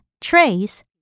trace